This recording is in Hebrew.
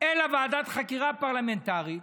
אלא ועדת חקירה פרלמנטרית,